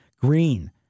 green